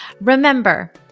Remember